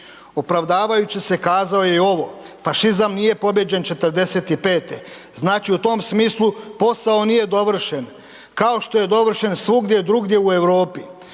Opravdavajući se kazao je i ovo, fašizam nije pobijeđen '45., znači u tom smislu posao nije dovršen kao je dovršen svugdje drugdje u Europi.